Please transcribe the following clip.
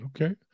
Okay